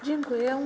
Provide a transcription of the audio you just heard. Dziękuję.